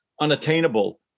unattainable